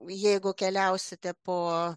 jeigu keliausite po